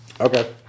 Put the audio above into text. Okay